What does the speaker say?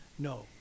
No